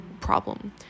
problem